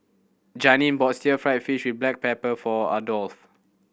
Janeen bought Stir Fry fish black pepper for Adolf